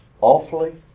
awfully